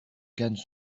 cannes